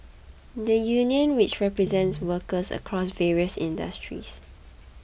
the union which represents workers across various industries